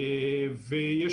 למעשה,